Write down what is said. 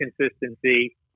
consistency